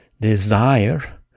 desire